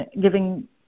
giving